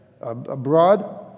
abroad